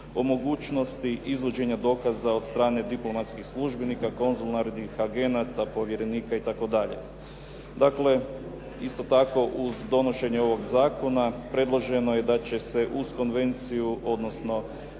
o mogućnosti izvođenja dokaza od strane diplomatskih službenika, konzularnih agenata, povjerenika itd.. Dakle, isto tako uz donošenje ovog zakona predloženo je da će se uz konvenciju, odnosno